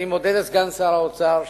אני מודה לסגן שר האוצר,